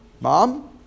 mom